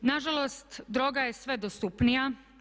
Nažalost, droga je sve dostupnija.